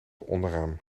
onderaan